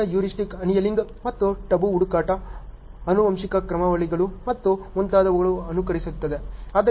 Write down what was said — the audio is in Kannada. ಸಂಕೀರ್ಣ ಹ್ಯೂರಿಸ್ಟಿಕ್ಸ್ ಅನಿಯಲಿಂಗ್ ಮತ್ತು ಟಬು ಹುಡುಕಾಟ ಆನುವಂಶಿಕ ಕ್ರಮಾವಳಿಗಳು ಮತ್ತು ಮುಂತಾದವುಗಳನ್ನು ಅನುಕರಿಸುತ್ತದೆ